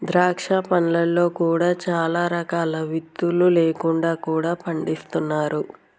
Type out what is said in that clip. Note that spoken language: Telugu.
ద్రాక్ష పండ్లలో కూడా చాలా రకాలు విత్తులు లేకుండా కూడా పండిస్తున్నారు